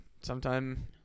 sometime